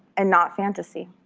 and not fantasy.